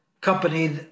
company